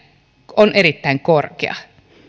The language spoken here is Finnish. erittäin korkea